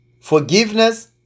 Forgiveness